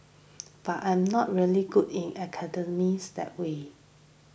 but I'm not really good in academics that way